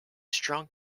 strong